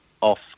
off